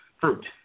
fruit